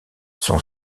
son